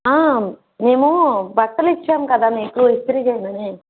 మేము బట్టలు ఇచ్చాము కదా మీకు ఇస్త్రీ చెయ్యమని